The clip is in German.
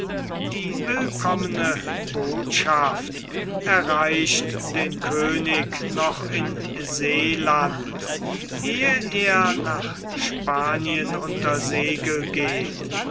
die willkommene botschaft erreicht den könig noch in seeland ehe er nach spanien unter segel geht